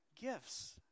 gifts